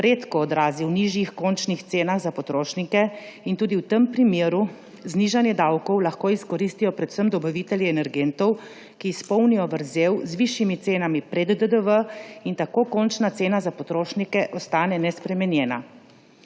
redko odrazi v nižjih končnih cenah za potrošnike in tudi v tem primeru znižanje davkov lahko izkoristijo predvsem dobavitelji energentov, ki zapolnijo vrzel z višjimi cenami pred DDV in tako končna cena za potrošnike ostane nespremenjena.